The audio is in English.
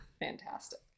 Fantastic